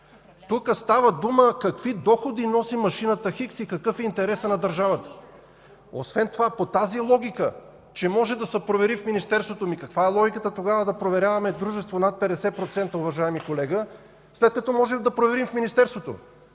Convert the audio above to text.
Тук става дума какви доходи носи машината хикс и какъв е интересът на държавата. Освен това по тази логика, че може да се провери в Министерството, каква е логиката тогава да проверяваме дружество над 50%, уважаеми колеги, след като можем да проверим в Министерството?